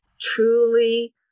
truly